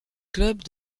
club